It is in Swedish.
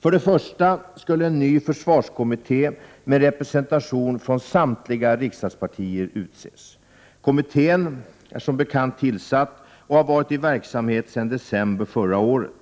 För det första skulle en ny försvarskommitté med representation från samtliga riksdagspartier.utses. Kommittén är som bekant tillsatt och har varit i verksamhet sedan december förra året.